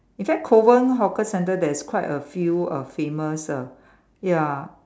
in fact Kovan hawker centre there's quite a few uh famous uh ya